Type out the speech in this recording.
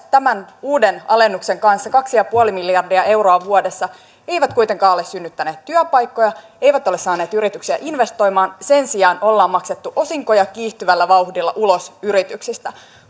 tämän uuden alennuksen kanssa lähes kaksi pilkku viisi miljardia euroa vuodessa eivät kuitenkaan ole synnyttäneet työpaikkoja eivät ole saaneet yrityksiä investoimaan sen sijaan ollaan maksettu osinkoja kiihtyvällä vauhdilla ulos yrityksistä